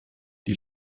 die